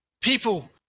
people